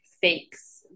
fakes